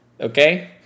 Okay